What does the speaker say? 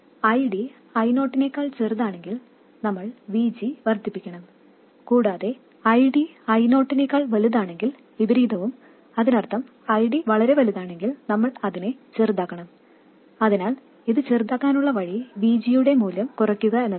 ID I0 നേക്കാൾ ചെറുതാണെങ്കിൽ നമ്മൾ VG വർദ്ധിപ്പിക്കണം കൂടാതെ ID I0 നേക്കാൾ വലുതാണെങ്കിൽ വിപരീതവും അതിനർത്ഥം ID വളരെ വലുതാണെങ്കിൽ നമ്മൾ അതിനെ ചെറുതാക്കണം അതിനാൽ ഇത് ചെറുതാക്കാനുള്ള വഴി VGയുടെ മൂല്യം കുറയ്ക്കുക എന്നതാണ്